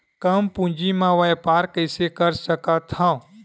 कम पूंजी म व्यापार कइसे कर सकत हव?